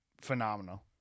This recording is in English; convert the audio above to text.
phenomenal